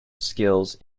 skills